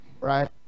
Right